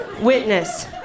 witness